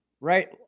Right